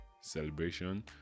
celebration